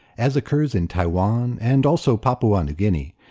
as occurs in taiwan and also papua new guinea,